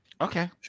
Okay